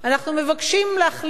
אנחנו מבקשים להחליט